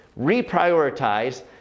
reprioritize